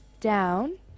down